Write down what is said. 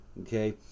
okay